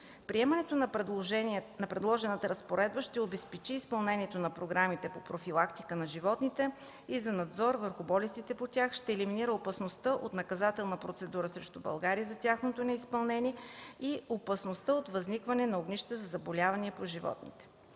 Приемането на предложената разпоредба ще обезпечи изпълнението на програмите по профилактика на животните и за надзор върху болестите по тях ще елиминира опасността от наказателна процедура срещу България за тяхното неизпълнение и опасността от възникване на огнища на заболявания по животните.